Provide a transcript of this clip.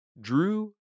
Drew